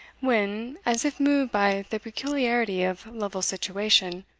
when, as if moved by the peculiarity of lovel's situation,